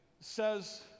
says